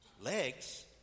legs